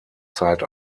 zeit